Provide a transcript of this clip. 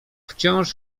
wciąż